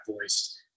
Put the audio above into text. voice